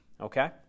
Okay